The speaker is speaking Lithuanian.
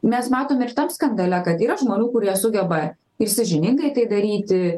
mes matome ir tam skandale kad yra žmonių kurie sugeba ir sąžiningai tai daryti